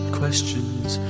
questions